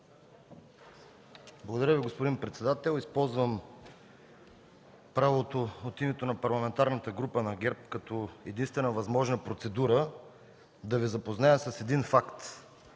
Благодаря Ви, господин председател. Използвам правото от името на Парламентарната група на ГЕРБ като единствена възможна процедура да Ви запозная с един факт,